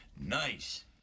Nice